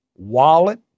Wallet